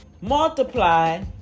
multiply